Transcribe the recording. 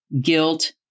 guilt